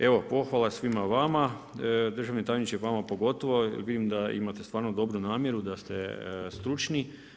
Evo pohvala svima vama, državni tajniče vama pogotovo jer vidim da imate stvarno dobru namjeru, da ste stručni.